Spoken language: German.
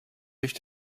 durch